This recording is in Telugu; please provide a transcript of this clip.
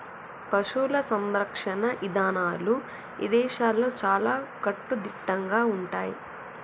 పశువుల సంరక్షణ ఇదానాలు ఇదేశాల్లో చాలా కట్టుదిట్టంగా ఉంటయ్యి